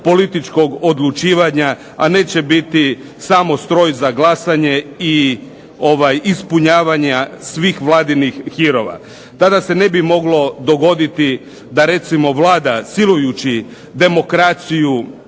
političkog odlučivanja, a neće biti samo stroj za glasanje i ispunjavanja svih Vladinih hirova. Tada se ne bi moglo dogoditi da recimo Vlada silujući demokraciju,